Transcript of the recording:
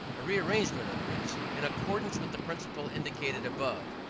a rearrangement of this, in accordance with the principle indicated above,